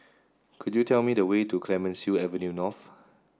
could you tell me the way to Clemenceau Avenue North